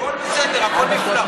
הכול בסדר, הכול נפלא.